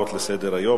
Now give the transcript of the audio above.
להצעות לסדר-היום.